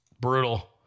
Brutal